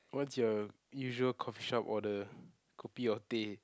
what's your usual coffee shop order kopi or teh